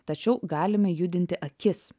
tačiau galime judinti akis